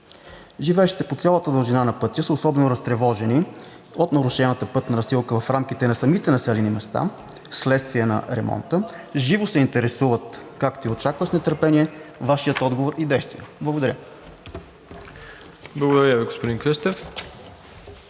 Живеещите по цялата дължина на пътя са особено разтревожени от нарушената пътна настилка в рамките на населените места, следствие на ремонта, живо се интересуват, както и очакват с нетърпение Вашия отговор и действия. Благодаря. ПРЕДСЕДАТЕЛ МИРОСЛАВ ИВАНОВ: